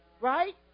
right